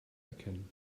erkennen